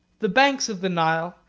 the banks of the nile,